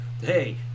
Hey